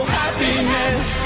happiness